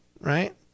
Right